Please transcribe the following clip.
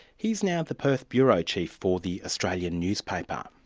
he's now the perth bureau chief for the australian newspaper.